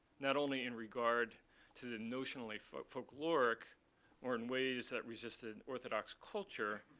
not only in regard to the notionally folkloric or in ways that resisted orthodox culture,